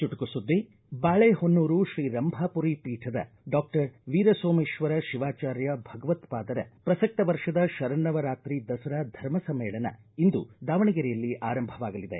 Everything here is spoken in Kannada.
ಚುಟುಕು ಸುದ್ದಿ ಬಾಳಿಹೊನ್ನೂರು ಶ್ರೀ ರಂಭಾಮರಿ ಪೀಠದ ಡಾಕ್ಟರ್ ವೀರಸೋಮೇಶ್ವರ ಶಿವಾಚಾರ್ಯ ಭಗವತ್ಪಾದರ ಪ್ರಸಕ್ತ ವರ್ಷದ ಶರನ್ನವ ರಾತ್ರಿ ದಸರಾ ಧರ್ಮ ಸಮ್ಮೇಳನ ಇಂದು ದಾವಣಗೆರೆಯಲ್ಲಿ ಆರಂಭವಾಗಲಿದೆ